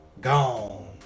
Gone